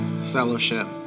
Fellowship